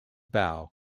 bow